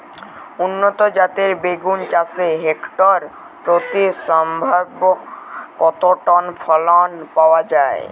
উন্নত জাতের বেগুন চাষে হেক্টর প্রতি সম্ভাব্য কত টন ফলন পাওয়া যায়?